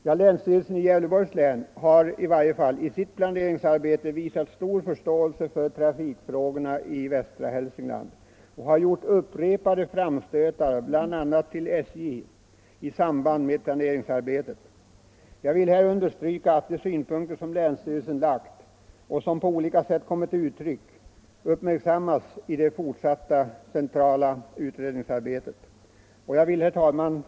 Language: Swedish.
Ja, länsstyrelsen i Gävleborgs län har i sitt planeringsarbete visat stor förståelse för trafikfrågorna i västra Hälsingland och har gjort upprepade framstötar, bl.a. till SJ, i samband med planeringsarbetet. Jag vill här understryka att de synpunkter som länsstyrelsen har anfört och som på olika sätt har kommit till uttryck bör uppmärksammas i det fortsatta centrala utredningsarbetet. Herr talman!